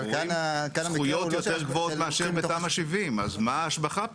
אנחנו רואים זכויות יותר גבוהות מאשר בתמ"א 70. אז מה ההשבחה פה?